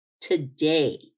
today